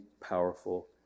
powerful